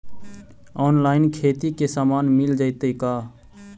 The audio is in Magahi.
औनलाइन खेती के सामान मिल जैतै का?